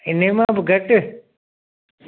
इन्हीअ मां बि घटि